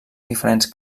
diferents